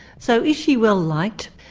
so, is she well liked?